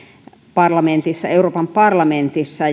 euroopan parlamentissa